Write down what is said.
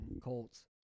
Colts